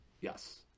Yes